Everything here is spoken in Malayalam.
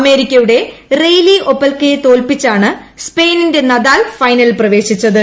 അമേരിക്കയുടെ റെയ്ലി ഒപൽകയെ തോൽപ്പിച്ചാണ് സ്പെയിനിന്റെ നദാൽ ഫൈനലിൽ പ്രവേശിച്ചത്